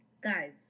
guys